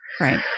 Right